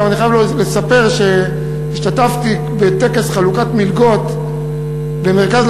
אני גם חייב לספר שהשתתפתי בטקס חלוקת מלגות במרכז